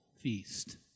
feast